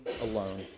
alone